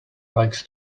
likes